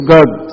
God